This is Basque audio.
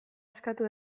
eskatu